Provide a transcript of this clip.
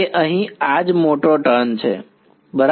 કે અહીં આજ મોટો ટર્ન છે બરાબર